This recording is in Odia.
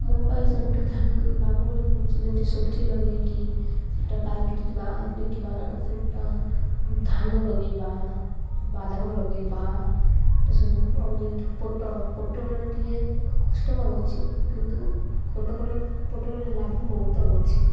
ମୋ ପାଇଁ ସବୁଠୁ ଲାଭ ଗୁଡ଼ିକ ଅଛି ଯେମିତି ସବଜି ଲଗାଇକି ସେଟା ପାଇକିରି ଯିବା ବିକିବା ସେଟା ଧାନ ଲଗାଇବା ବାଦାମ ଲଗାଇବା ଏସବୁ ଆଉ ଯେମିତି ପୋଟଳ ପୋଟଳରେ ଟିକେ କଷ୍ଟକର ଅଛି କିନ୍ତୁ ପୋଟଳରେ ଲାଭ ବହୁତ ଅଛି